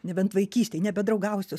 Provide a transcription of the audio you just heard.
nebent vaikystėj nebedraugausiu